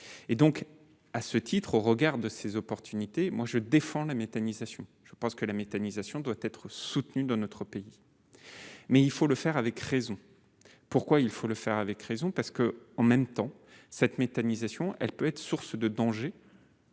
et donc à ce titre au regard de ces opportunités, moi je défends la méthanisation, je pense que la méthanisation doit être soutenu dans notre pays, mais il faut le faire avec raison pourquoi il faut le faire avec raison parce que, en même temps cette méthanisation, elle peut être source de danger,